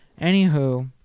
Anywho